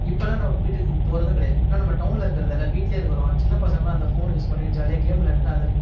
இப்பெல்லாம் வீட்டுக்கு போகிறதும் கிடையாது டவுனில் இருக்கிறது எல்லாம் வீட்டிலேயே இருக்கிறோம் சின்ன பசங்களும் அந்த ஃபோன் யூஸ் பண்ணிகிட்டு ஜாலியாக கேம் விளையாண்டுகிட்டு